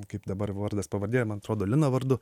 kaip dabar vardas pavardė man atrodo lina vardu